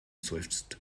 seufzt